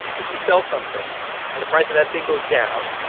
if you sell something and the price of that thing goes down,